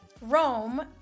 Rome